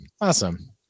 awesome